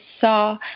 saw